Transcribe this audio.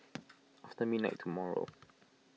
after midnight tomorrow